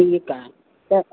ठीकु आहे त